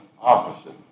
opposite